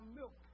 milk